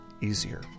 easier